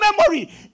memory